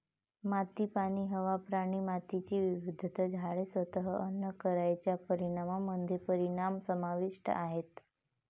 माती, पाणी, हवा, प्राणी, मातीची विविधता, झाडे, स्वतः अन्न कारच्या परिणामामध्ये परिणाम समाविष्ट आहेत